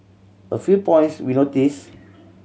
a few points we noticed